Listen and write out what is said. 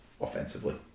offensively